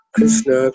Krishna